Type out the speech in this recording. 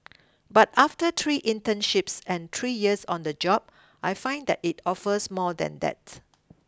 but after three internships and three years on the job I find that it offers more than that